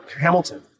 Hamilton